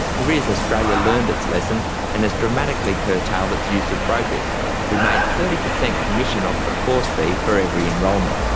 careers australia learned its lesson and has dramatically curtailed its use of brokers who made thirty percent commission off the course fee for every enrolment.